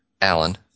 Alan